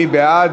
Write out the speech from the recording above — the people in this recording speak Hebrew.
מי בעד?